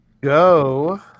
Go